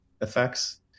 effects